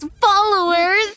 followers